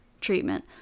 treatment